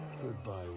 Goodbye